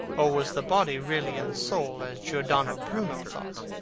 or was the body really in the soul, as giordano bruno thought?